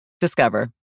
Discover